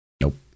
Nope